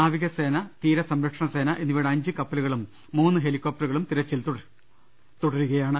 നാവികസേന തീരസംരക്ഷണ സേന എന്നിവയുടെ അഞ്ച് കപ്പലുകളും മൂന്ന് ഹെലികോപ്റ്ററു കളും തിരച്ചിൽ തുടരുകയാണ്